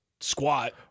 squat